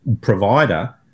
provider